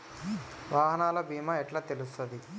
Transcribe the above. వాహనాల బీమా ఎట్ల తెలుస్తది?